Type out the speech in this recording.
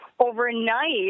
overnight